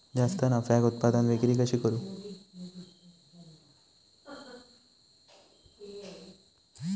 जास्त नफ्याक उत्पादन विक्री कशी करू?